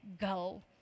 go